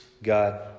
God